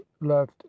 left